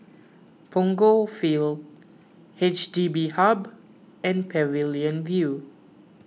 Punggol Field H D B Hub and Pavilion View